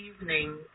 evening